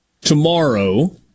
tomorrow